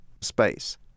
space